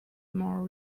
more